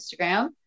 Instagram